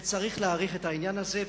צריך להעריך את העניין הזה.